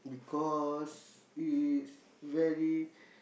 because it's very